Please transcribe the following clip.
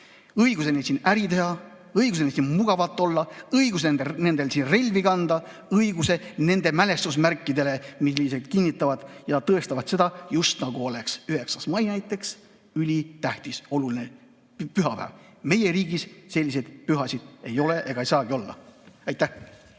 õiguse siin äri teha, õiguse siin mugavalt olla, õiguse relvi kanda, õiguse nende mälestusmärkidele, millega nad kinnitavad ja tõestavad seda, just nagu oleks 9. mai ülitähtis, oluline püha. Meie riigis selliseid pühasid ei ole ega saagi olla. Aitäh!